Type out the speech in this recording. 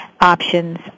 options